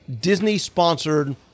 Disney-sponsored